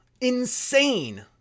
Insane